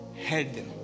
head